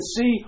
see